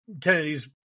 Kennedy's